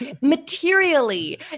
materially